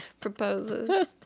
proposes